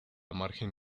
margen